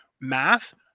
math